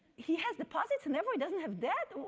he has deposits and therefore he doesn't have debt?